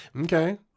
Okay